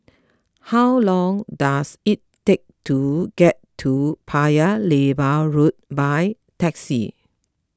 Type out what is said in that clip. how long does it take to get to Paya Lebar Road by taxi